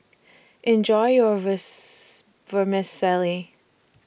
Enjoy your Vermicelli